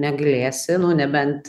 negalėsi nu nebent